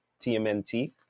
TMNT